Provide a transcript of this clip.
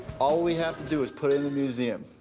all we have to do is put it in the museum.